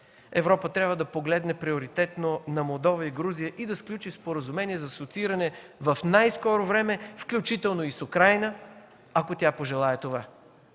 Европа трябва да погледне приоритетно на Молдова и Грузия и да сключи споразумение за асоцииране в най-скоро време, включително и с Украйна, ако тя пожелае това.